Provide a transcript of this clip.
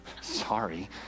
Sorry